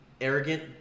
arrogant